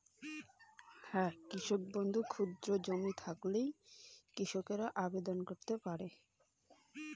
কৃষক বন্ধু প্রকল্প কী এবং ক্ষুদ্র কৃষকেরা কী এই প্রকল্পে আবেদন করতে পারবে?